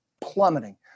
plummeting